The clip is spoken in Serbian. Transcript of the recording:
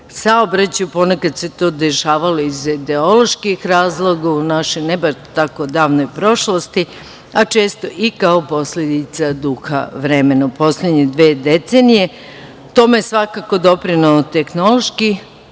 saobraćaju. Ponekad se to dešavalo iz ideoloških razloga, u našoj ne baš tako davnoj prošlosti, a često i kao posledica duha vremena. U poslednje dve decenije tome je svakako doprineo tehnološki